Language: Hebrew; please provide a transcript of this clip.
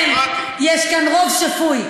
למזלכם, יש כאן רוב שפוי,